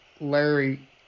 Larry